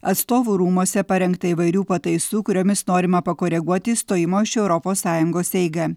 atstovų rūmuose parengtą įvairių pataisų kuriomis norima pakoreguoti išstojimo iš europos sąjungos eigą